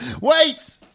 Wait